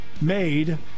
made